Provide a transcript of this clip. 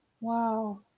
Wow